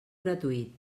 gratuït